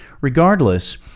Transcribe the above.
Regardless